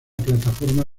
plataforma